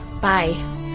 Bye